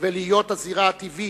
ולהיות הזירה הטבעית,